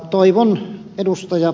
toivon ed